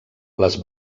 les